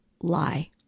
lie